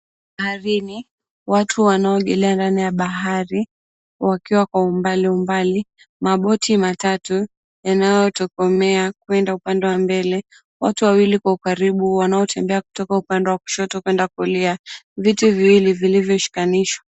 Baharini. Watu wanaogelea ndani ya bahari wakiwa kwa umbali umbali, maboti matatu yanayotokomea kwenda upande wa mbele. Watu wawili kwa ukaribu wanotembea kutoka upande wa kushoto kwenda kulia, viti viwili vilivyoshikanishwa.